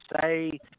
say